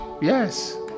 Yes